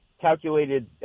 calculated